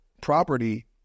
property